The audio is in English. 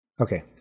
Okay